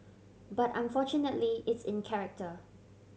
but unfortunately it's in character